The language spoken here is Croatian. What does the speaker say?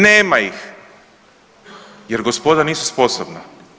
Nema ih jer gospoda nisu sposobna.